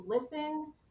listen